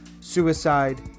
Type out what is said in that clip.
Suicide